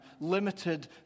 limited